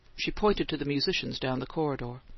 she pointed to the musicians down the corridor.